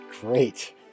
great